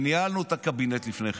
ניהלנו את הקבינט לפני כן,